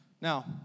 Now